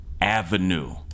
Avenue